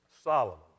Solomon